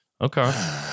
Okay